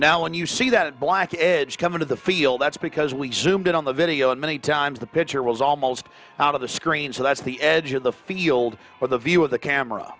and you see that black edge come into the field that's because we soon get on the video and many times the pitcher was almost out of the screen so that's the edge of the field or the view of the camera